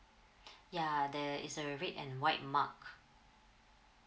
ya there is a red and white mark